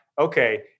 Okay